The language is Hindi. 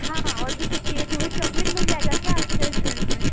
हाँ और भी कुछ चाहिए तो फिर चॉकलेट मिल जाएगा क्या आपके रेस्टोरेंट में